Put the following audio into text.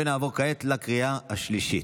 נעבור כעת לקריאה השלישית.